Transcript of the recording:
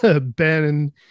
Ben